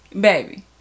baby